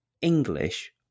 english